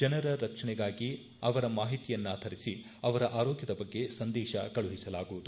ಜನರ ರಕ್ಷಣೆಗಾಗಿ ಅವರ ಮಾಹಿತಿಯನ್ನಾಧರಿಸಿ ಅವರ ಆರೋಗ್ಧದ ಬಗ್ಗೆ ಸಂದೇಶ ಕಳುಹಿಸಲಾಗುವುದು